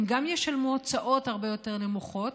הן גם ישלמו הוצאות הרבה יותר נמוכות.